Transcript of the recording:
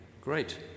great